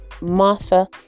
Martha